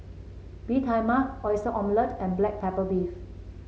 Bee Tai Mak Oyster Omelette and Black Pepper Beef